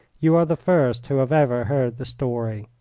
you are the first who have ever heard the story.